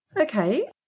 Okay